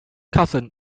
cousin